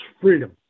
freedom